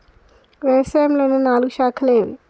వ్యవసాయంలో ఉన్న నాలుగు శాఖలు ఏవి?